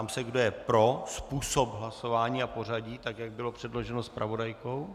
Ptám se, kdo je pro způsob hlasování a pořadí, tak jak bylo předloženo zpravodajkou.